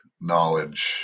knowledge